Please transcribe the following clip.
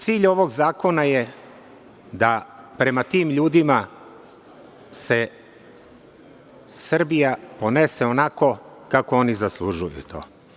Cilj ovog zakona je da prema tim ljudima se Srbija ponese onako kako oni zaslužuju to.